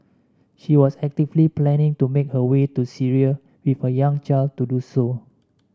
she was actively planning to make her way to Syria with her young child to do so